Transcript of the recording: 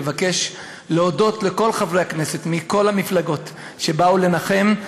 אני מבקש להודות לכל חברי הכנסת מכל המפלגות שבאו לנחם.